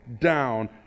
down